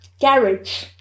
garage